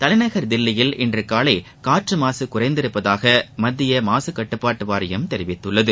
தலைநகர் தில்லியில் இன்று காலை காற்று மாசு குறைந்துள்ளதாக மத்திய மாசு கட்டுப்பாட்டு வாரியம் தெரிவித்துள்ளது